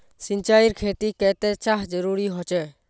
सिंचाईर खेतिर केते चाँह जरुरी होचे?